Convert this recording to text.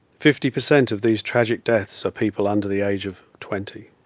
fifty per cent of these tragic deaths are people under the age of twenty.